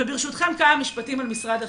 וברשותכם, כמה משפטים על משרד החינוך.